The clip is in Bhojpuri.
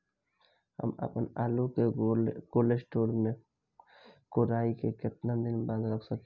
हम आपनआलू के कोल्ड स्टोरेज में कोराई के केतना दिन बाद रख साकिले?